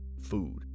Food